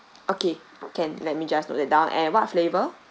okay can let me just note that down and what flavour